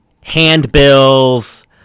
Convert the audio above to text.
handbills